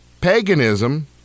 paganism